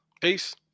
Peace